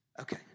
Okay